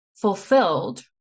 fulfilled